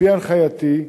על-פי הנחייתי,